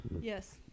Yes